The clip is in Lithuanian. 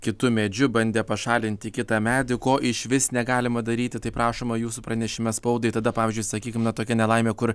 kitu medžiu bandė pašalinti kitą medį ko išvis negalima daryti taip rašoma jūsų pranešime spaudai tada pavyzdžiui sakykim na tokia nelaimė kur